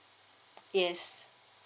yes